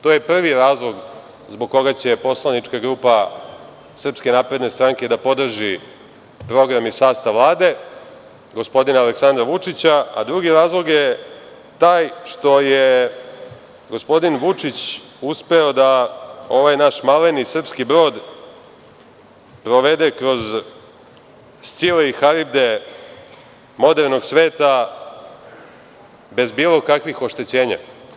To je prvi razlog zbog koga će poslanička grupa SNS da podrži program i sastav Vlade, gospodina Aleksandra Vučića, a drugi razlog je taj što je gospodin Vučić uspeo da ovaj naš maleni srpski brod provede kroz Scile i Haribde modernog sveta bez bilo kakvih oštećenja.